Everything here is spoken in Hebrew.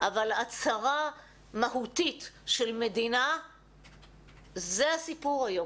אבל הצהרה מהותית של מדינה זה הסיפור היום